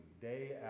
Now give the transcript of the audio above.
day